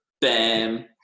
bam